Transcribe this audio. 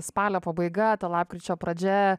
spalio pabaiga ta lapkričio pradžia